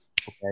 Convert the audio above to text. Okay